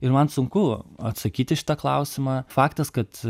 ir man sunku atsakyti į šitą klausimą faktas kad